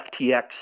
FTX –